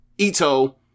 ito